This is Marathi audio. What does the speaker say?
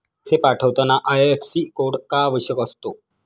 पैसे पाठवताना आय.एफ.एस.सी कोड का आवश्यक असतो?